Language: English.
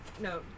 no